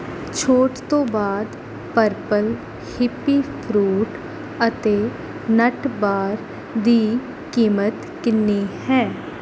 ਛੋਟ ਤੋਂ ਬਾਅਦ ਪਰਪਲ ਹਿੱਪੀ ਫਰੂਟ ਅਤੇ ਨਟ ਬਾਰ ਦੀ ਕੀਮਤ ਕਿੰਨੀ ਹੈ